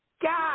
God